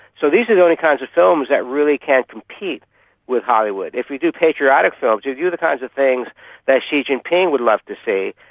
so these are the only kinds of films that really can compete with hollywood. if we do patriotic films, if you do the kinds of things that xi jinping would love to see,